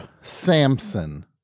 Samson